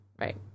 right